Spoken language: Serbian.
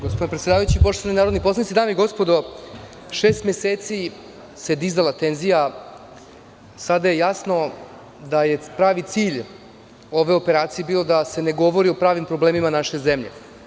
Gospodine predsedavajući, poštovani narodni poslanici, dame i gospodo, šest meseci se dizala tenzija, sada je jasno da je pravi cilj ove operacije bio da se ne govori o pravim problemima naše zemlje.